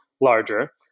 larger